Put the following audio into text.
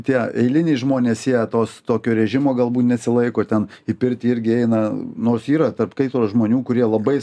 tie eiliniai žmonės jie tos tokio režimo galbūt neatsilaiko ten į pirtį irgi eina nors yra tarp kaitros žmonių kurie labai